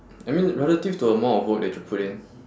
I mean relative to the amount of work that you put in